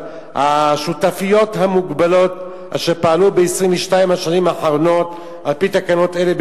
השותפויות המוגבלות אשר פעלו ב-22 השנים האחרונות על-פי תקנות אלה,